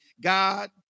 God